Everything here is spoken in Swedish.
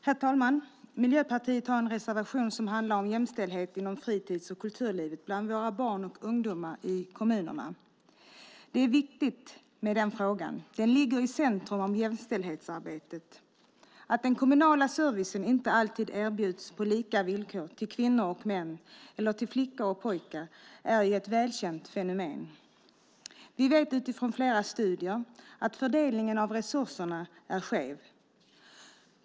Herr talman! Miljöpartiet har en reservation som handlar om jämställdhet inom fritids och kulturlivet bland våra barn och ungdomar i kommunerna. Detta är en viktig fråga. Den ligger i centrum av jämställdhetsarbetet. Att den kommunala servicen inte alltid erbjuds på lika villkor till kvinnor och män eller till flickor och pojkar är ett välkänt fenomen. Vi vet utifrån flera studier att fördelningen av resurserna är skev.